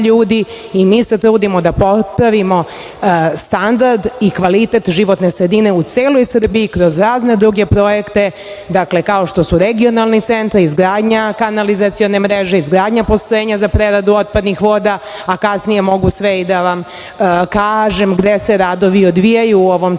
i mi se trudimo da popravimo standard i kvalitet životne sredine u celoj Srbiji kroz razne druge projekte, dakle kao što su regionalni centri, izgradnja kanalizacione mreže, izgradnja postrojenja za preradu otpadnih voda, a kasnije mogu sve i da vam kažem gde se radovi odvijaju u ovom trenutku